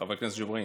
חבר הכנסת ג'בארין,